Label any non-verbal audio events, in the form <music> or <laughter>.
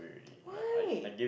<noise> why